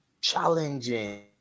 challenging